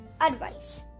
advice